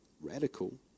radical